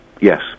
Yes